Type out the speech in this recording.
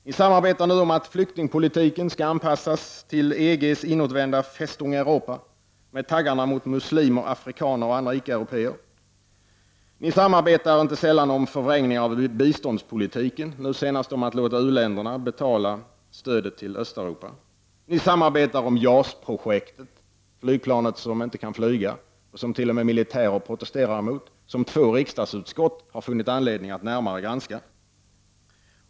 Nu samarbetar ni om flyktingpolitikens anpassning till EG:s inåtvända ”Festung Europa” med taggarna mot muslimer, afrikaner och andra icke-européer. Ni samarbetar inte sällan om förvrängning av biståndsmålen, nu senast om att låta u-länderna betala stödet till Östeuropa. Ni samarbetar om JAS-projektet — flygplanet som inte kan flyga och som t.o.m. militärer protesterar mot och som två riksdagsutskott har funnit anledning att närmare granska.